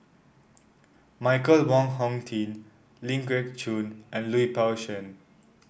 Michael Wong Hong Teng Ling Geok Choon and Lui Pao Chuen